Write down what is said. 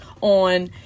on